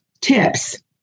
tips